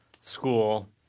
school